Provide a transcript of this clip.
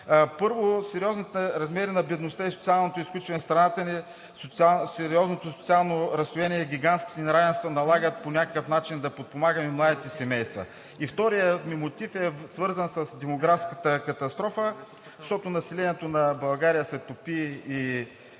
Първо, сериозният размер на бедността и социалното изключване в страната ни, сериозното социално разслоение и гигантските неравенства налагат по някакъв начин да подпомагаме младите семейства. И вторият ми мотив е свързан с демографската катастрофа, защото населението на България се топи и